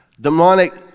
demonic